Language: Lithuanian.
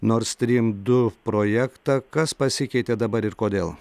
nord strym du projektą kas pasikeitė dabar ir kodėl